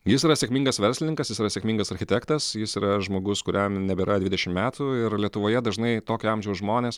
jis yra sėkmingas verslininkas jis yra sėkmingas architektas jis yra žmogus kuriam nebėra dvidešim metų ir lietuvoje dažnai tokio amžiaus žmonės